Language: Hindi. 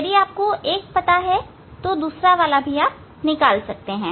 यदि आपको एक पता है तो दूसरा वाला भी आप निकाल सकते हैं